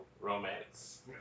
romance